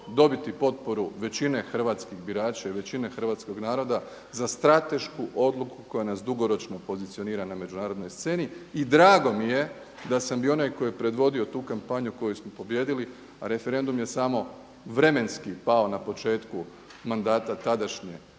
dobiti potporu većine hrvatskih birača i većine hrvatskoga naroda za stratešku odluku koja nas dugoročno pozicionira na međunarodnoj sceni. I drago mi je da sam bio onaj koji je predvodio tu kampanju koju smo pobijedili, a referendum je samo vremenski pao na početku mandata tadašnje